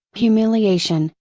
humiliation,